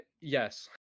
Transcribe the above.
yes